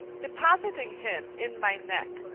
depositing him in my neck,